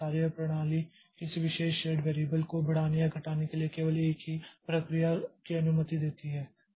कार्यप्रणाली किसी विशेष शेर्ड वेरियबल को बढ़ाने या घटाने के लिए केवल एक ही प्रक्रिया की अनुमति देती है